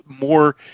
more